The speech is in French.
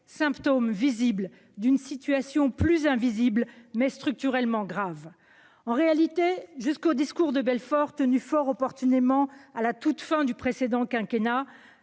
symptôme apparent d'une situation moins visible, mais structurellement grave. En réalité, jusqu'au discours de Belfort, tenu fort opportunément à la toute fin du précédent quinquennat,